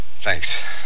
Thanks